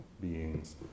beings